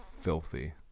filthy